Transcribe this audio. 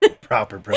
proper